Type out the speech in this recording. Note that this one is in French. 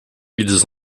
ils